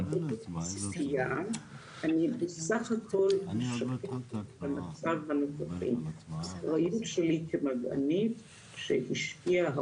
אני בסך הכל -- -במצב הנוכחי ראינו שלי כמדענית שהשקיעה